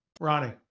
Ronnie